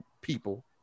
people